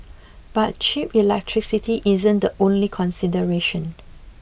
but cheap electricity isn't the only consideration